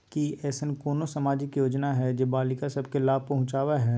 की ऐसन कोनो सामाजिक योजना हय जे बालिका सब के लाभ पहुँचाबय हय?